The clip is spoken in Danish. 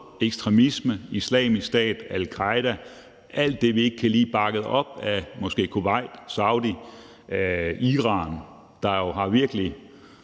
ekstremisme, Islamisk Stat, al-Qaeda, alt det, vi ikke kan lide, bakket op af måske Kuwait, Saudi-Arabien, Iran, der jo har virkelig